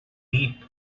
deep